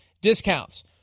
discounts